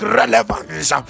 relevance